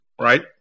right